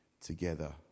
together